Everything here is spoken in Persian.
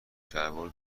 شلوار